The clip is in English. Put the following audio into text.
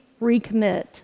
recommit